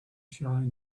shine